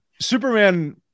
Superman